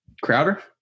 Crowder